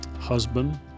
husband